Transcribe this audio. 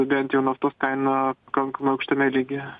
bent jau naftos kainą pakankamai aukštame lygyje